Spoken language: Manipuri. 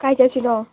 ꯀꯥꯏ ꯆꯠꯁꯤꯅꯣ